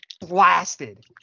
blasted